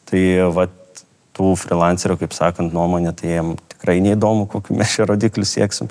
tai vat tų frylanserių kaip sakant nuomone tai jiem tikrai neįdomu kokių mes čia rodiklių sieksim